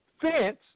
fence